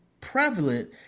prevalent